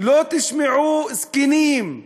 לא תשמעו: זקנים,